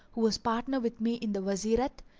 who was partner with me in the wazirate,